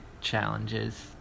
challenges